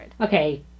okay